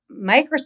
Microsoft